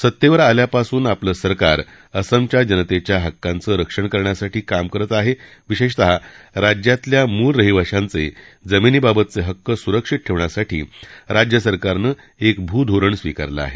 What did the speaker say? सत्तेवर आल्यापासून आपलं सरकार असमच्या जनतेच्या हक्कांचं रक्षण करण्यासाठी काम करत आहे विशेषतः राज्यातल्या मूळ रहिवाश्यांचे जमिनीबाबतचे हक्क सुरक्षित ठेवण्यासाठी राज्य सरकारनं एक भू धोरण स्वीकारलं आहे